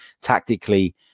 tactically